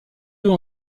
deux